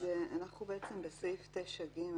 אנחנו בסעיף 9(ג).